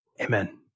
Amen